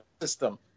system